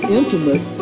intimate